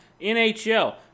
NHL